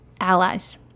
allies